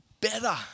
better